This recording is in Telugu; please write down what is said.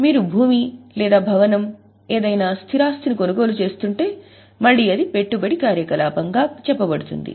మీరు భూమి లేదా భవనం ఏదైనా స్థిర ఆస్తిని కొనుగోలు చేస్తుంటే మళ్ళీ అది పెట్టుబడి కార్యకలాపం గా చెప్పబడుతుంది